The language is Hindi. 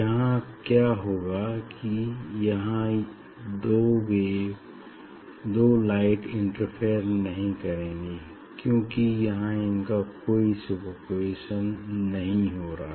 यहाँ क्या होगा कि यहाँ ये दो लाइट इंटरफेयर नहीं करेंगी क्यूंकि यहाँ इनका कोई सुपरपोज़िशन नहीं हो रहा